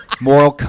moral